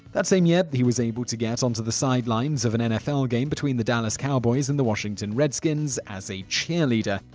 that same year, he was able to get onto the sidelines of an nfl game between the dallas cowboys and the washington redskins as a cheerleader.